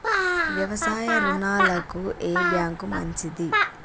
వ్యవసాయ రుణాలకు ఏ బ్యాంక్ మంచిది?